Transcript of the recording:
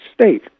state